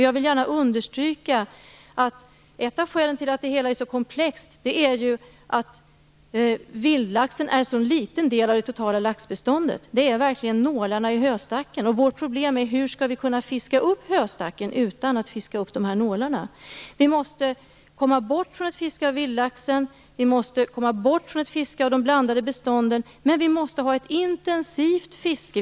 Jag vill gärna understryka att ett av skälen till att det hela är så komplext är ju att vildlaxen utgör en så liten del av det totala laxbeståndet. Vildlaxen utgör verkligen nålarna i höstacken. Vårt problem är hur vi skall kunna fiska upp höstacken utan att fiska upp nålarna. Vi måste komma bort från att fiska vildlaxen. Vi måste komma bort från att fiska av de blandade bestånden. Men vi måste ha ett intensivt fiske.